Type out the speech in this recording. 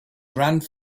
grand